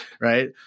Right